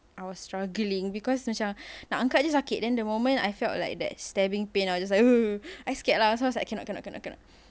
I was struggling because macam nak angkat sahaja sakit then the moment I felt like that stabbing pain I'll just like I scared lah so it's like cannot cannot cannot cannot